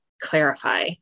clarify